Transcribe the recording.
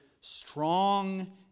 strong